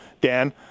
Dan